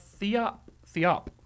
Theop